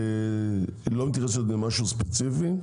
היא לא מתייחסת במשהו ספציפי.